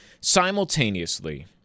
simultaneously